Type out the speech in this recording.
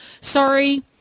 Sorry